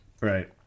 Right